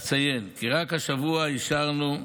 אציין כי רק השבוע אישרנו,